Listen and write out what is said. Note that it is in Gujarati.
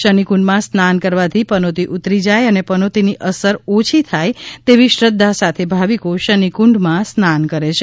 શનિ કુંડમાં સ્નાન કરવાથી પનોતી ઉતરી જાય અને પનોતીની અસર ઓછી થાય તેવી શ્રદ્ધા સાથે ભાવિકો શનિ કુંડમાં સ્નાન કરે છે